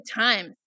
time